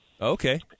okay